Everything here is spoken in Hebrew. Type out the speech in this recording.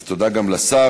אז תודה גם לשר.